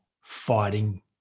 fighting